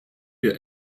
wir